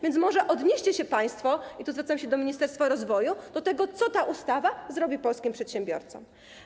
Więc może odnieście się państwo - i tu zwracamy się do Ministerstwa Rozwoju - do tego, co ta ustawa zrobi polskim przedsiębiorcom.